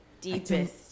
deepest